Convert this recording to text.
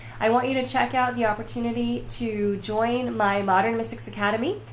i want you to check out the opportunity to join my modern mystics academy.